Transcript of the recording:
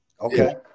Okay